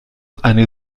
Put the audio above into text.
eine